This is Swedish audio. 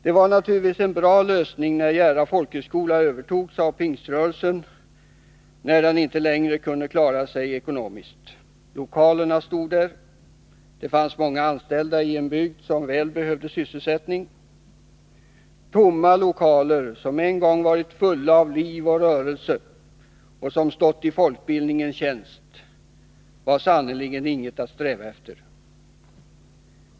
Det var naturligtvis en bra lösning när Jära folkhögskola övertogs av Pingströrelsen, när den inte längre kunde klara sig ekonomiskt. Lokalerna stod där och det fanns många anställda i en bygd som väl behövde sysselsättning. Tomma lokaler, som en gång varit fulla av liv och rörelse och som stått i folkbildningens tjänst, var sannerligen ingenting att sträva efter.